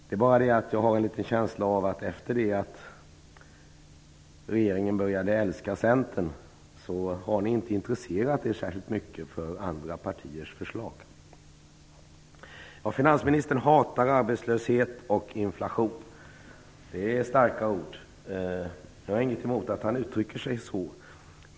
Jag har emellertid en viss känsla av att efter det att regeringen började älska Centern har regeringen inte intresserat sig särskilt mycket för andra partiers förslag. Finansministern hatar arbetslöshet och inflation. Det är starka ord. Jag har inget emot att han uttrycker sig på det sättet.